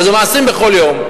וזה מעשים שבכל יום.